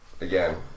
Again